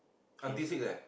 kins